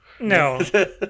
No